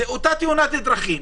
זו אותה תאונת דרכים,